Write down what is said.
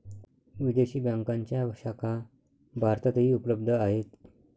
विदेशी बँकांच्या शाखा भारतातही उपलब्ध आहेत